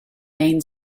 main